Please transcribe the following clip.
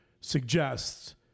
suggests